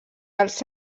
els